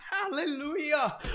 Hallelujah